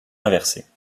inversées